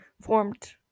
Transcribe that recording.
formed